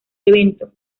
evento